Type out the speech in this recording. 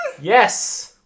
Yes